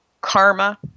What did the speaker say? karma